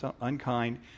unkind